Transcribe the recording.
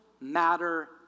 matter